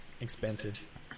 expensive